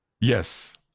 Yes